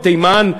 בתימן,